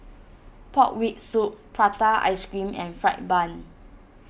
Pork Rib Soup Prata Ice Cream and Fried Bun